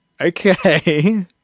okay